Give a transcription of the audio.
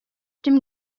dem